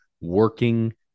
working